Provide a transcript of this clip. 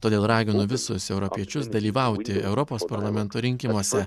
todėl raginu visus europiečius dalyvauti europos parlamento rinkimuose